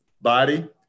body